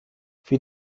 für